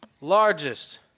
largest